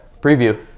preview